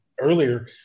Earlier